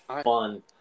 fun